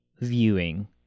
viewing